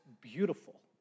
beautiful